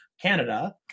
Canada